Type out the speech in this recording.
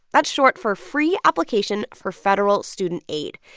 that's short for free application for federal student aid.